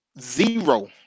zero